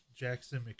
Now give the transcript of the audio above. Jackson